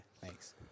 thanks